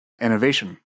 innovation